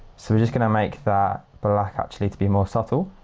so we're just going to make that black actually to be more subtle.